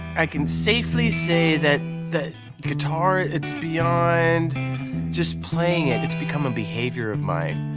i can safely say that that guitar, it's beyond just playing it. it's become a behavior of mine.